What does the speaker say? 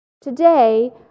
Today